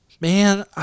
Man